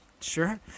Sure